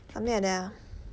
something like that ah